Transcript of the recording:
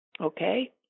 Okay